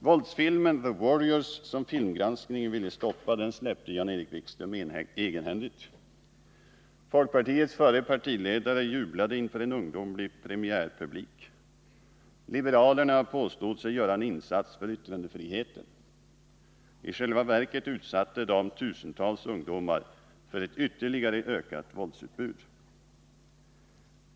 Våldsfilmen The Warriors som filmgranskningen ville stoppa — den släppte Jan-Erik Wikström egenhändigt. Folkpartiets förre partiledare jublade inför en ungdomlig premiärpublik. Liberalerna påstod sig göra en insats för yttrandefriheten. I själva verket utsatte de tusentals ungdomar för ett ytterligare ökat våldsutbud.